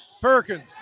Perkins